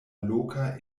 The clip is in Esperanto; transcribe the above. loka